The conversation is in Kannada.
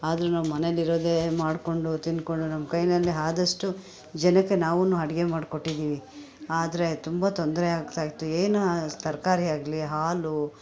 ಆದರೆ ನಾವು ಮನೆಯಲ್ಲಿರೋದೇ ಮಾಡ್ಕೊಂಡು ತಿಂದ್ಕೊಂಡು ನಮ್ಮ ಕೈಯಲ್ಲಿ ಆದಷ್ಟು ಜನಕ್ಕೆ ನಾವೂ ಅಡುಗೆ ಮಾಡ್ಕೊಟ್ಟಿದ್ದೀವಿ ಆದರೆ ತುಂಬ ತೊಂದರೆ ಆಗ್ತಾ ಇತ್ತು ಏನು ತರಕಾರಿ ಆಗಲಿ ಹಾಲು